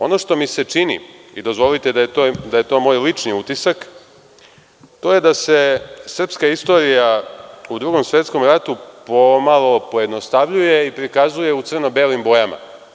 Ono što mi se čini, i dozvolite da je to moj lični utisak, to je da se srpska istorija u Drugom svetskom ratu pomalo pojednostavljuje i prikazuje u crno-belim bojama.